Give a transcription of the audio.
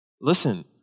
Listen